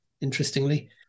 interestingly